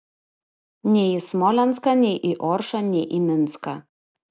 nei į smolenską nei į oršą nei į minską